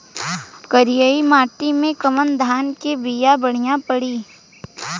करियाई माटी मे कवन धान के बिया बढ़ियां पड़ी?